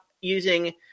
using